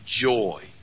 joy